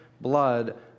blood